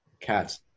Cats